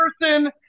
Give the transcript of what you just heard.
person